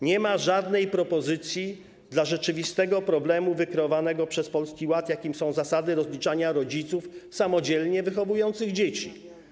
Nie ma żadnej propozycji dotyczącej rzeczywistego problemu wykreowanego przez Polski Ład, jakim są zasady rozliczania rodziców samodzielnie wychowujących dzieci.